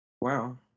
Wow